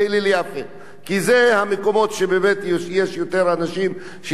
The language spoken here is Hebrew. כי אלה המקומות שבאמת יש יותר אנשים שיכולים להשתמש בהם,